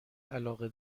علاقه